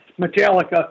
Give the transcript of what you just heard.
Metallica